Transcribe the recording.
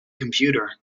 computer